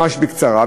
ממש בקצרה,